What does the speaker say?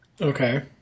Okay